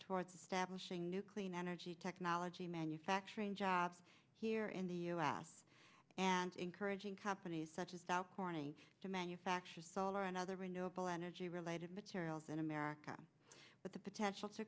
towards establishing new clean energy technology manufacturing jobs here in the u s and encouraging companies such as corning to manufacture solar and other renewable energy related materials in america but the potential to